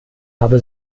habe